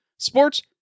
Sports